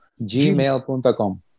gmail.com